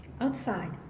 Outside